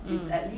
mm